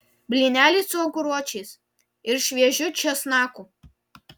blyneliai su aguročiais ir šviežiu česnaku